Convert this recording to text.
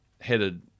headed